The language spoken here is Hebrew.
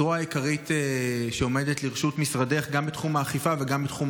מדובר בזרוע עיקרית שעומדת לרשות משרדך גם בתחום האכיפה וגם בתחום